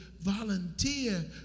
volunteer